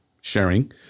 sharing